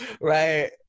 right